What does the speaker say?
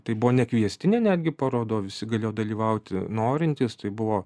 tai buvo nekviestinė netgi paroda o visi galėjo dalyvauti norintys tai buvo